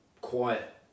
quiet